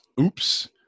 oops